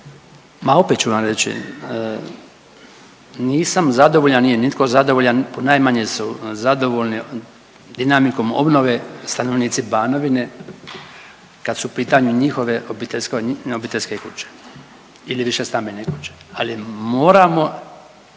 Ma opet ću vam reći. Nisam zadovoljan, nije nitko zadovoljan, najmanje su zadovoljni dinamikom obnove stanovnici Banovine kad su u pitanju njihove obiteljske kuće ili višestambene kuće, ali moramo